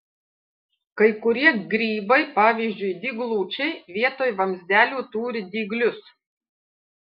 kai kurie grybai pavyzdžiui dyglučiai vietoj vamzdelių turi dyglius